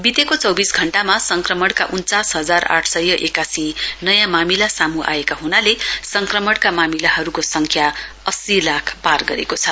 वितेको चौविस घण्टामा संक्रमणका उन्चास हजार आढ सय एकासी नयाँ मामिला सामू आएका हुनाले संक्रमणका मामिलाहरुको संख्या अस्सी लाख पार गरेको छ